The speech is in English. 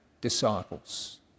disciples